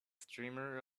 streamer